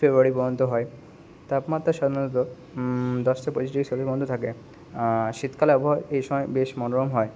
ফেব্রুয়ারি পর্যন্ত হয় তাপমাত্রা সাধারণত দশ থেকে পঁচিশ ডিগ্রি সেলের মধ্যে থাকে শীতকালে আবহাওয়া এই সমায় বেশ মনোরম হয়